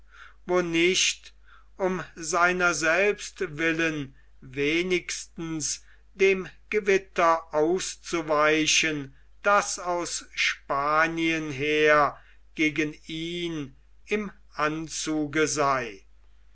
wo nicht um seiner selbst willen wenigstens dem gewitter auszuweichen das aus spanien her gegen ihn im anzuge sei